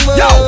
yo